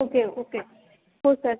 okay okay हो sir